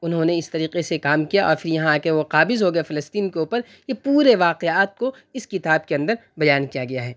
انہوں نے اس طریقے سے کام کیا اور پھر یہاں آکے وہ قابض ہو گیے فلسطین کے اوپر یہ پورے واقعات کو اس کتاب کے اندر بیان کیا گیا ہے